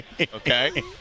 Okay